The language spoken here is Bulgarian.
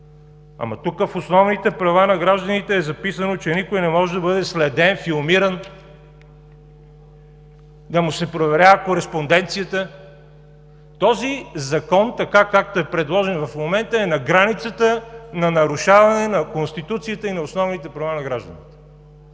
Ама, тук в основните права на гражданите е записано, че никой не може да бъде следен, филмиран, да му се проверява кореспонденцията. Този Закон така, както е предложен в момента, е на границата на нарушаване на Конституцията и на основните права на гражданите,